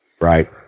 Right